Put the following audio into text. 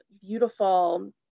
beautiful